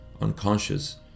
unconscious